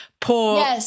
poor